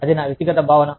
అది నా వ్యక్తిగత భావన